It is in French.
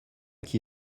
qui